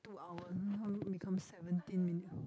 two hour how come become seventeen minute